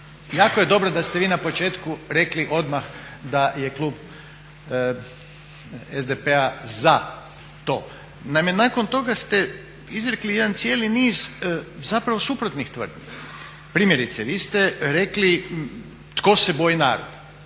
jako je dobro da ste vi na početku rekli odmah da je klub SDP-a za to, naime nakon toga ste izrekli jedan cijeli niz zapravo suprotnih tvrdnji. primjerice, vi ste rekli tko se boji naroda